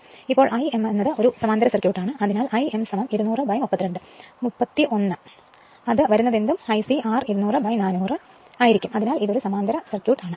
അതിനാൽ ഇപ്പോൾ I m ഇത് ഒരു സമാന്തര സർക്യൂട്ട് ആണ് അതിനാൽ Im 20032 31 അത് വരുന്നതെന്തും Ic R200 400 ആയിരിക്കും അതിനാൽ ഇത് ഒരു സമാന്തര സർക്യൂട്ട് ആണ്